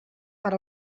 per